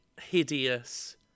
hideous